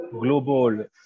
global